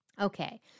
Okay